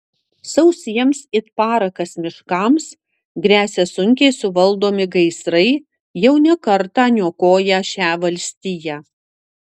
sausiems it parakas miškams gresia sunkiai suvaldomi gaisrai jau ne kartą niokoję šią valstiją